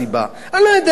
אני לא יודע מה הסיבה.